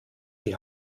die